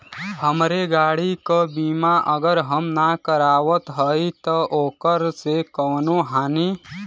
हमरे गाड़ी क बीमा अगर हम ना करावत हई त ओकर से कवनों हानि?